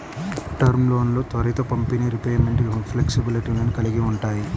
term లోన్లు త్వరిత పంపిణీ, రీపేమెంట్ ఫ్లెక్సిబిలిటీలను కలిగి ఉంటాయి